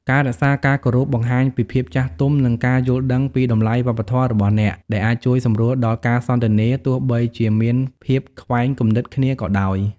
ការរក្សាការគោរពបង្ហាញពីភាពចាស់ទុំ និងការយល់ដឹងពីតម្លៃវប្បធម៌របស់អ្នក ដែលអាចជួយសម្រួលដល់ការសន្ទនាទោះបីជាមានភាពខ្វែងគំនិតគ្នាក៏ដោយ។